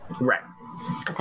right